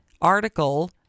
article